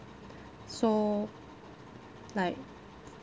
so like